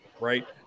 right